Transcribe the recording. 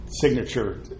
signature